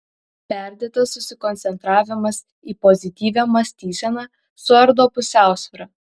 perdėtas susikoncentravimas į pozityvią mąstyseną suardo pusiausvyrą